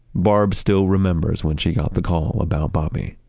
barb still remembers when she got the call about bobby.